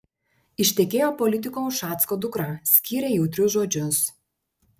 ištekėjo politiko ušacko dukra skyrė jautrius žodžius